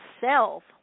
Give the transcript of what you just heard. self